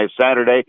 saturday